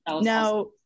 now